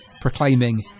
proclaiming